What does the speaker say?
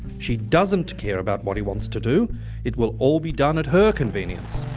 she doesn't care about what he wants to do it will all be done at her convenience.